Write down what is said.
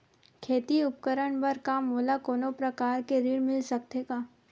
खेती उपकरण बर मोला कोनो प्रकार के ऋण मिल सकथे का?